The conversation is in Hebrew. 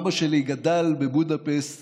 אבא שלי גדל בבודפשט